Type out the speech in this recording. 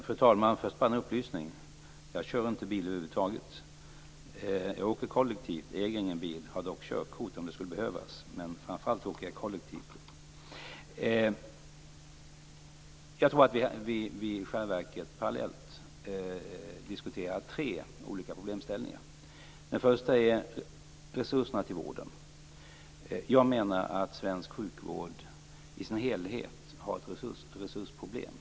Fru talman! Först en upplysning: Jag kör inte bil över huvud taget. Jag åker kollektivt. Jag äger ingen bil, men jag har körkort, om det skulle behövas. Men framför allt åker jag kollektivt. Vi diskuterar i själva verket tre olika problemställningar. Den första gäller resurserna till vården. Jag anser att svensk sjukvård i dess helhet har ett resursproblem.